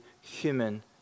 human